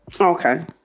Okay